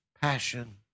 passion